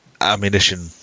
ammunition